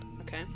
Okay